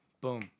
Boom